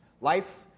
Life